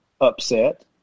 upset